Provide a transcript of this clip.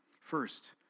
First